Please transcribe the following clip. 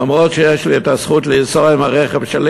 אף שיש לי זכות לנסוע עם הרכב שלי,